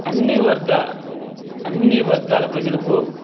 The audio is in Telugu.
అన్ని వర్గా అన్ని వర్గాల ప్రజలకు